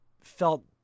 felt